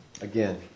Again